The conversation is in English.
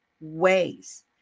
ways